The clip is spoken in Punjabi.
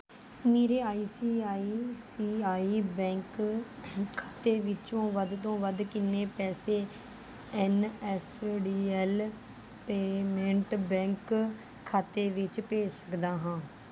ਮੇਰੇ I C I C I bank ਖਾਤੇ ਵਿੱਚੋਂ ਵੱਧ ਤੋਂ ਵੱਧ ਕਿੰਨੇ ਪੈਸੇ N S D L payment bank ਖਾਤੇ ਵਿੱਚ ਭੇਜ ਸਕਦਾ ਹਾਂ